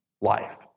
life